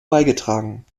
beigetragen